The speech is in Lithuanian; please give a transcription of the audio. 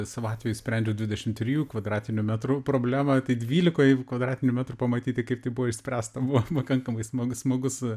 savo atveju sprendžiu dvidešim trijų kvadratinių metrų problemą tai dvylikoj kvadratinių metrų pamatyti kaip tai buvo išspręsta buvo pakankamai smagus smagus